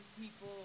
people